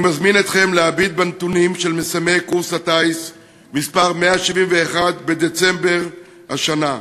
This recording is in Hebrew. אני מזמין אתכם להביט בנתונים של מסיימי קורס הטיס מס' 171 בדצמבר השנה,